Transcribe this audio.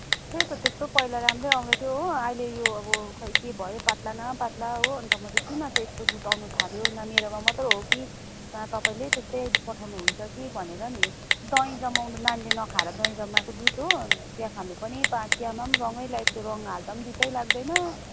त्यही त त्यस्तो पहिला राम्रै आउँदैथ्यो हो अहिले यो अब खै के भयो पातला न पातला हो अन्त किन चाहिँ यस्तो दुध आउन थाल्यो न मेरोमा मात्र हो कि वा तपाईँले त्यस्तै पठाउनु हुन्छ कि भनेर नि दही जमाउनु अब नानीले नखाएर दही जमाएको दुध हो चिया खानु पनि चियामाम रङ्गै त्यो रङ्ग हाल्दाम दुधै लाग्दैन